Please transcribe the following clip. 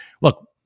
Look